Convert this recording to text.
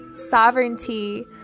sovereignty